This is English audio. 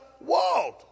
world